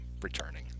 returning